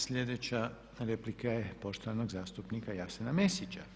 Sljedeća replika je poštovanog zastupnika Jasena Mesića.